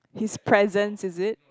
his presence is it